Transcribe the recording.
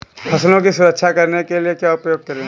फसलों की सुरक्षा करने के लिए क्या उपाय करें?